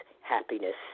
happiness